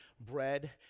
bread